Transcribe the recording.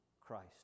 Christ